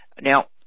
Now